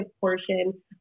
portion